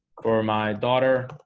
for my daughter